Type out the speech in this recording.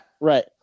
Right